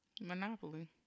monopoly